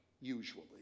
usually